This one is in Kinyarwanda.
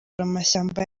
amashyamba